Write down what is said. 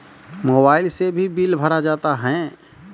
Mobile से भी bill भरा जाता हैं?